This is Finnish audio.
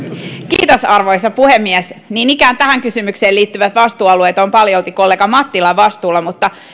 kiitos arvoisa puhemies niin ikään tähän kysymykseen liittyvät vastuualueet ovat paljolti kollega mattilan vastuulla mutta